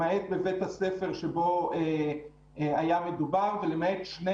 למעט בבית הספר שבו היה מדובר ולמעט שני